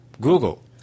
Google